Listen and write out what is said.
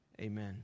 Amen